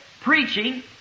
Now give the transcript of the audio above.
preaching